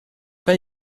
pas